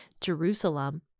Jerusalem